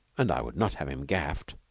and i would not have him gaffed.